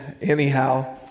anyhow